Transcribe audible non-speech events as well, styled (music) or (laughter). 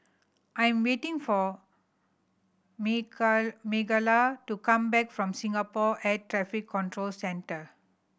I'm waiting for (unintelligible) Mikaila to come back from Singapore Air Traffic Control Centre